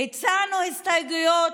הצענו הסתייגויות,